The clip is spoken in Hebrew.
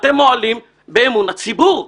אתם מועלים באמון הציבור.